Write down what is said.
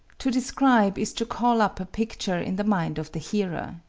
to describe is to call up a picture in the mind of the hearer.